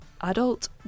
adult